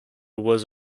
was